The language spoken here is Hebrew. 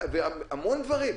והמון דברים.